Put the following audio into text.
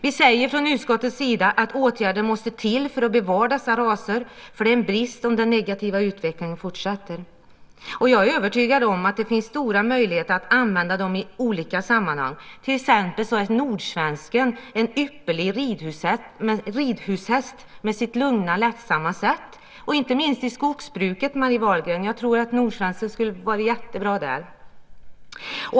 Vi säger från utskottets sida att åtgärder måste till för att bevara dessa raser. Det är en brist om den negativa utvecklingen fortsätter. Jag är övertygad om att det finns stora möjligheter att använda dem i olika sammanhang. Till exempel är nordsvensken en ypperlig ridhushäst med sitt lugna, lättsamma sätt. Det gäller inte minst i skogsbruket, Marie Wahlgren. Jag tror att nordsvensken skulle vara jättebra där.